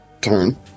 turn